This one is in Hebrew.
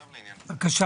בבקשה.